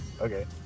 Okay